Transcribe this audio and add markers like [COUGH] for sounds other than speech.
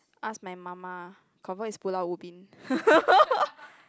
ask my mama confirm is Pulau-Ubin [LAUGHS]